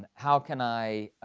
how can i